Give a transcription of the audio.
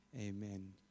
amen